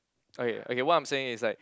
okay okay what I'm saying is like